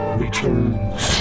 returns